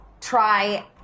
Try